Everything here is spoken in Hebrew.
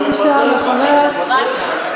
אחריה,